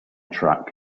track